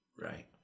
Right